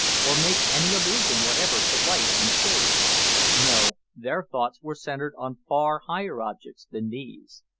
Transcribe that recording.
or make any allusion whatever to light and shade no, their thoughts were centred on far higher objects than these.